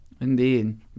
Indeed